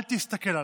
אל תסתכל עליי.